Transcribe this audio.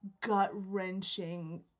gut-wrenching